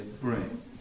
bring